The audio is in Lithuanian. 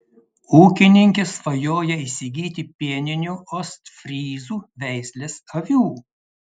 ūkininkė svajoja įsigyti pieninių ostfryzų veislės avių